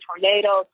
tornadoes